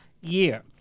year